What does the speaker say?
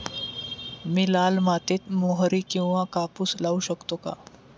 मी लाल मातीत मोहरी किंवा कापूस लावू शकतो का?